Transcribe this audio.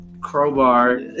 crowbar